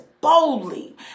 boldly